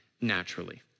naturally